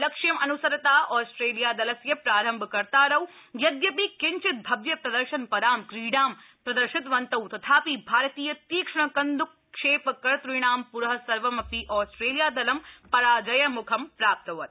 लक्ष्यम् अनुसरता ऑस्ट्रेलिया दलस्य प्रारम्भ कर्तारौ यद्यपि किञ्चिद् भव्यप्रदर्शन रां क्रीडां प्रदर्शितवन्तौ तथापि भारतीय तीक्ष्ण कन्द्रक क्षे कर्तणां र सर्वम ऑस्ट्रेलिया दलं राजयम्खं प्राप्तवत्